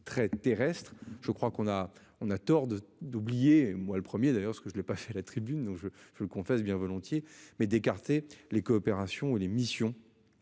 très terrestre. Je crois qu'on a on a tort de d'oublier moi le 1er d'ailleurs ce que je ne l'ai pas fait la tribune donc je je le confesse bien volontiers mais d'écarter les coopérations et les missions.